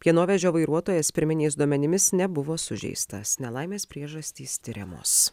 pienovežio vairuotojas pirminiais duomenimis nebuvo sužeistas nelaimės priežastys tiriamos